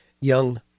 young